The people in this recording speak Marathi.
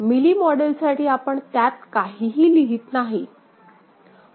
मिली मॉडेलसाठी आपण त्यात काहीही लिहित नाही